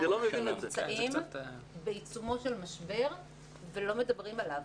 אנחנו נמצאים בעיצומו של משבר ולא מדברים עליו.